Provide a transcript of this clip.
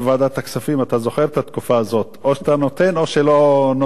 אתה זוכר את התקופה הזאת: או שאתה נותן או שלא נותנים לך תקציב.